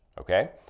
okay